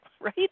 right